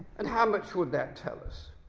and how much would that tell us?